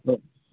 okay